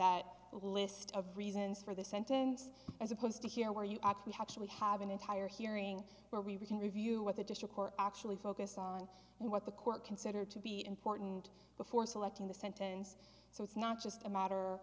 that list of reasons for the sentence as opposed to here where you know we have an entire hearing where we re can review what the district court actually focus on and what the court consider to be important before selecting the sentence so it's not just a matter